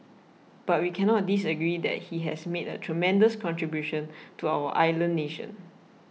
but we cannot disagree that he has made a tremendous contribution to our island nation